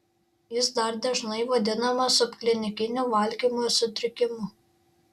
jis dar dažnai vadinamas subklinikiniu valgymo sutrikimu